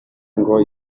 ngo